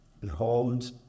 behold